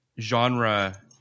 genre